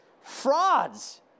Frauds